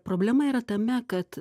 problema yra tame kad